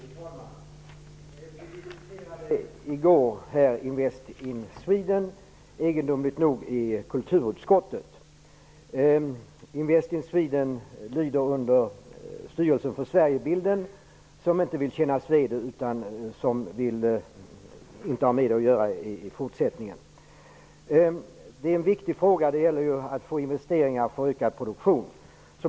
Fru talman! Vi diskuterade här i går Invest in Sweden -- egendomligt nog i kulturutskottet. Invest in Sweden lyder under Styrelsen för Sverigebilden som inte vill kännas vid och som i fortsättningen inte vill ha att göra med Invest in Sweden. Det här är en viktig fråga. Det gäller ju att få investeringar för ökad produktion.